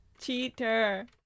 Cheater